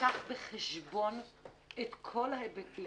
שתיקח בחשבון את כל ההיבטים